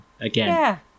again